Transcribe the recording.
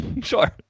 Sure